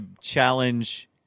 challenge